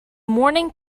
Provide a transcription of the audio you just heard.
morning